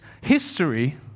history